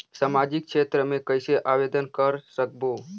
समाजिक क्षेत्र मे कइसे आवेदन कर सकबो?